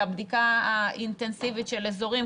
לבדיקה האינטנסיבית של אזורים,